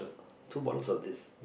two bottles of this